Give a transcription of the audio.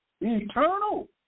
eternal